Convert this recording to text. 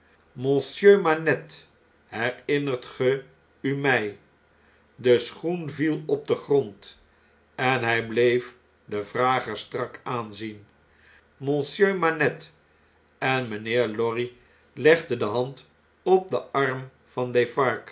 monsieur manette herinnert ge u mjj de schoen viel op den grond en hij bleef den vrager strak aanzien monsieur manette en mijnheer lorry legde de hand op den arm van